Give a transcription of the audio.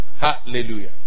Hallelujah